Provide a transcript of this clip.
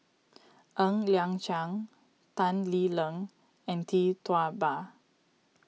Ng Liang Chiang Tan Lee Leng and Tee Tua Ba